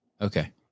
Okay